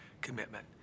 commitment